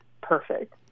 perfect